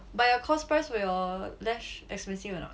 but your cost price will less expensive or not